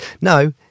No